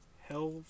Hell